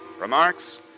Remarks